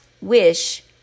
wish